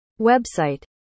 website